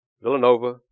Villanova